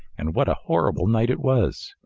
and what a horrible night it was!